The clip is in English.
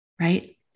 right